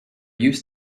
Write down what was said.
used